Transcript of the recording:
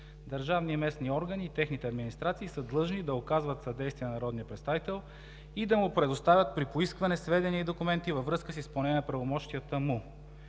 „Държавни и местни органи и техните администрации са длъжни да оказват съдействие на народния представител и да му предоставят при поискване сведения и документи във връзка с изпълнение на правомощията му.